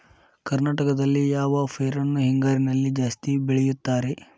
ಕರ್ನಾಟಕದಲ್ಲಿ ಯಾವ ಪೈರನ್ನು ಹಿಂಗಾರಿನಲ್ಲಿ ಜಾಸ್ತಿ ಬೆಳೆಯುತ್ತಾರೆ?